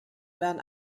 werden